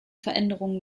veränderungen